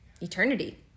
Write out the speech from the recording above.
eternity